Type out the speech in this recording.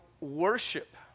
worship